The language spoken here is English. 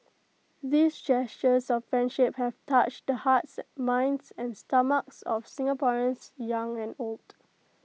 these gestures of friendship have touched the hearts minds and stomachs of Singaporeans young and old